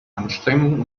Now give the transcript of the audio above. anstrengungen